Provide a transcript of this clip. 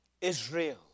Israel